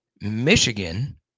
Michigan